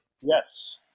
Yes